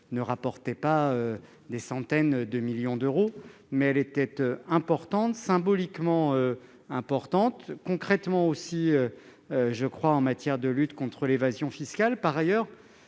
ne rapportait pas des centaines de millions d'euros, mais elle était importante symboliquement. Elle avait également son importance en matière de lutte contre l'évasion fiscale. Par ailleurs,